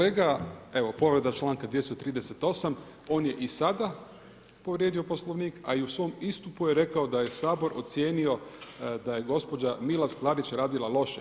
Evo, povreda čl. 238., on je i sada povrijedio Poslovnik, a i u svom istupu je rekao da je Sabor ocijenio da je gospođa Milas-Klarić radila loše.